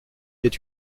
est